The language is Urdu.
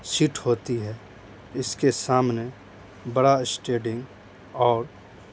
سیٹ ہوتی ہے اس کے سامنے بڑا اسٹیئرنگ اور